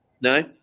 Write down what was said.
No